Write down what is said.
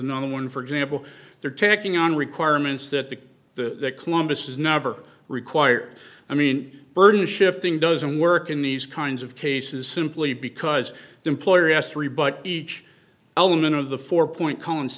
another one for example they're taking on requirements that the columbus is never required i mean burden shifting doesn't work in these kinds of cases simply because the employer has to rebut each element of the four point collins